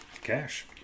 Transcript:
Cash